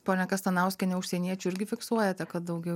ponia kastanauskiene užsieniečių irgi fiksuojate kad daugiau